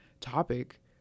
topic